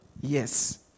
Yes